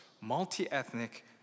multi-ethnic